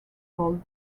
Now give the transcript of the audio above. called